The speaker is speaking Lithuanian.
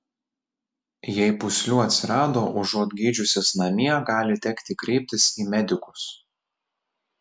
jei pūslių atsirado užuot gydžiusis namie gali tekti kreiptis į medikus